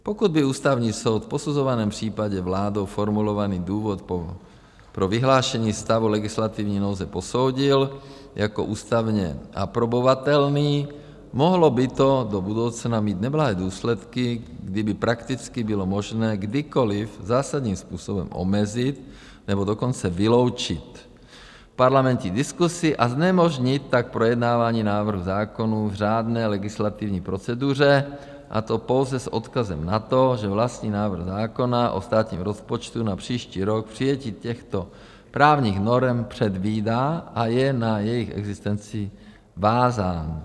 Pokud by Ústavní soud v posuzovaném případě vládou formulovaný důvod pro vyhlášení stavu legislativní nouze posoudil jako ústavně aprobovatelný, mohlo by to do budoucna mít neblahé důsledky, kdy by prakticky bylo možné kdykoli zásadním způsobem omezit, nebo dokonce vyloučit parlamentní diskusi, a znemožnit tak projednávání návrhů zákonů v řádné legislativní proceduře, a to pouze s odkazem na to, že vlastní návrh zákona o státním rozpočtu na příští rok přijetí těchto právních norem předvídá a je na jejich existenci vázán.